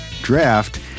draft